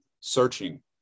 searching